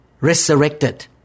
resurrected